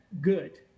good